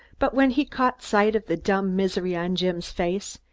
but when he caught sight of the dumb misery on jim's face,